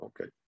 Okay